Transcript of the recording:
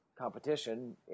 competition